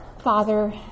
Father